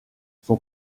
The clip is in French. son